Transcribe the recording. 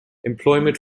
employment